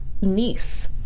niece